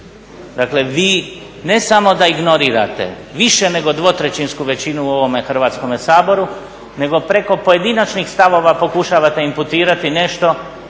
Dakle, vi ne samo da ignorirate više nego dvotrećinsku većinu u ovome Hrvatskome saboru nego preko pojedinačnih stavova pokušavate inputirati nešto